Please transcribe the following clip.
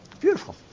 Beautiful